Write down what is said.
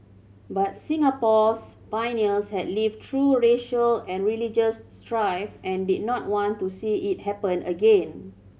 but Singapore's pioneers had lived through racial and religious strife and did not want to see it happen again